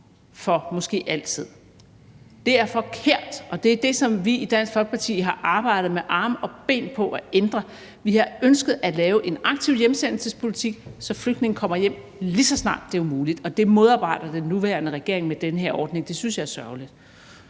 her måske for altid. Det er forkert, og det er det, som vi i Dansk Folkeparti har arbejdet med arme og ben på at ændre. Vi har ønsket at lave en aktiv hjemsendelsespolitik, så flygtninge kommer hjem, lige så snart det er muligt, og det modarbejder den nuværende regering med den her ordning, og det synes jeg er sørgeligt.